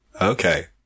Okay